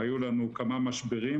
היו לנו כמה משברים,